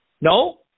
No